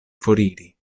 foriri